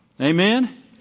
Amen